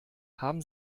haben